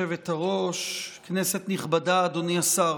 היושבת-ראש, כנסת נכבדה, אדוני השר,